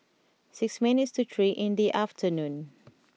six minutes to three in the afternoon